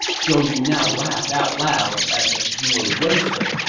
zhou yu now laughed out loud as if he were wasted.